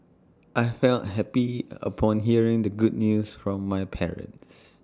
I felt happy upon hearing the good news from my parents